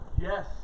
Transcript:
Yes